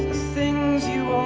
things you